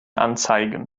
anzeigen